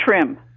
trim